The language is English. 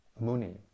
Muni